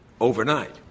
overnight